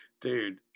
Dude